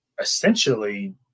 essentially